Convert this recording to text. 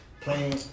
playing